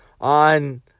on